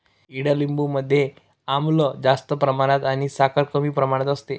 ईडलिंबू मध्ये आम्ल जास्त प्रमाणात आणि साखर कमी प्रमाणात असते